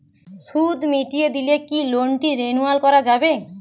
সুদ মিটিয়ে দিলে কি লোনটি রেনুয়াল করাযাবে?